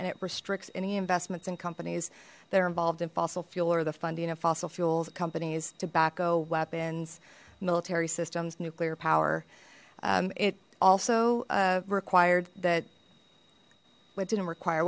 and it restricts any investments in companies they're involved in fossil fuel or the funding of fossil fuels companies tobacco weapons military systems nuclear power it also required that what didn't require